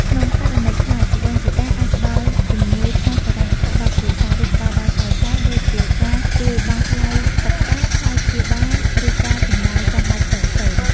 ក្នុងករណីខ្លះ ជីដូនជីតាអាចផ្តល់ជំនួយផ្នែកហិរញ្ញវត្ថុដល់គ្រួសារ ឬផ្ដល់ដល់ចៅៗ ដូចជាការជួយបង់ថ្លៃសិក្សា ថ្លៃព្យាបាល ឬការចំណាយចាំបាច់ផ្សេងៗ។